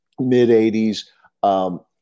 mid-80s